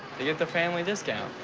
they get the family discount.